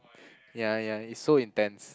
ya ya it's so intense